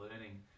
learning